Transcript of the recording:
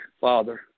Father